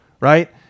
right